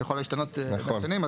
שיכולה להשתנות עם השנים,